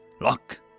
lock